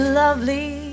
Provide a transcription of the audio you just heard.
lovely